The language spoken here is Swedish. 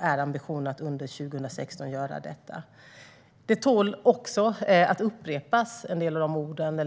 är ambitionen att göra detta under 2016.